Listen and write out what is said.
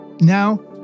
Now